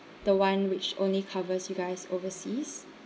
the one which only covers you guys overseas